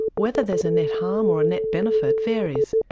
whether there's a net harm or a net benefit varies,